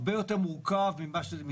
הרבה יותר מורכב ממה שזה מצטייר.